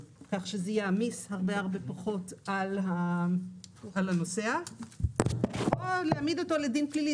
כך שזה יעמיס הרבה הרבה פחות על הנוסע - או להעמיד אותו לדין פלילי.